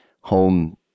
home